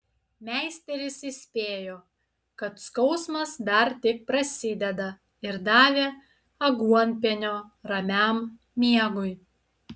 meisteris įspėjo kad skausmas dar tik prasideda ir davė aguonpienio ramiam miegui